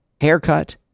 haircut